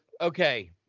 okay